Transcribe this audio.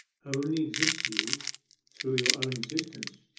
only exist to you through your own existence,